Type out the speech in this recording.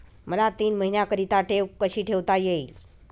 मला तीन महिन्याकरिता ठेव कशी ठेवता येईल?